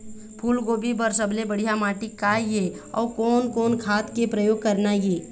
फूलगोभी बर सबले बढ़िया माटी का ये? अउ कोन कोन खाद के प्रयोग करना ये?